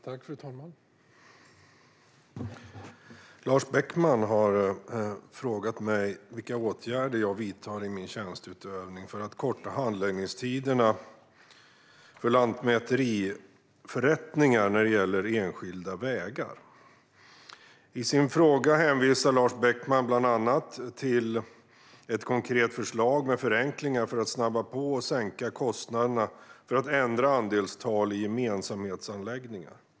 Fru talman! Lars Beckman har frågat mig vilka åtgärder jag vidtar i min tjänsteutövning för att korta handläggningstiderna för lantmäteriförrättningar när det gäller enskilda vägar. I sin fråga hänvisar Lars Beckman bland annat till ett konkret förslag med förenklingar för att snabba på och sänka kostnaderna för att ändra andelstal i gemensamhetsanläggningar.